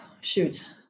shoot